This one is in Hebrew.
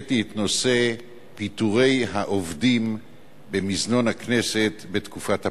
העליתי את נושא פיטורי העובדים במזנון הכנסת בתקופת הפגרה.